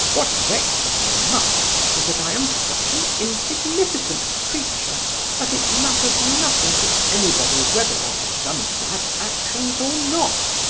what vexes me much is that i am such an insignificant creature that it matters nothing to anybody whether i have done bad actions or not!